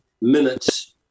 minutes